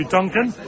Duncan